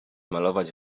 malować